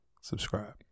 Subscribe